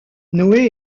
noé